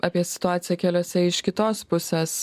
apie situaciją keliuose iš kitos pusės